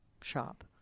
shop